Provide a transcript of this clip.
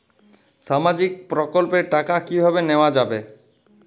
সামাজিক প্রকল্পের টাকা কিভাবে নেওয়া যাবে?